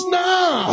now